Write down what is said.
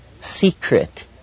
secret